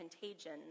contagion